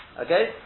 Okay